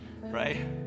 right